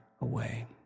away